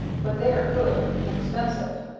but they are good and inexpensive.